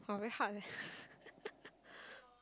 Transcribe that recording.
!huh! very hard leh